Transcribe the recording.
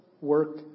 work